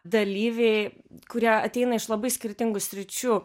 dalyviai kurie ateina iš labai skirtingų sričių